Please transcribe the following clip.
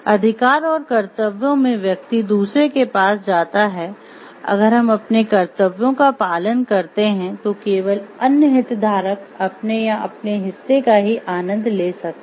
अधिकार और कर्तव्यों में व्यक्ति दूसरे के पास जाता है अगर हम अपने कर्तव्यों का पालन करते हैं तो केवल अन्य हितधारक अपने या अपने हिस्से का ही आनंद ले सकते हैं